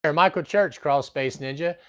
and michael church, crawl space ninja.